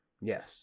Yes